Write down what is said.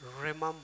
remember